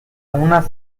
una